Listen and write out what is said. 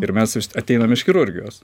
ir mes ateinam iš chirurgijos